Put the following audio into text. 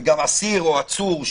וגם אסיר או עצור,